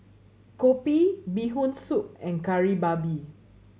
kopi Bee Hoon Soup and Kari Babi